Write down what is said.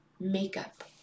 makeup